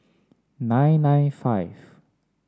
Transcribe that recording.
nine nine five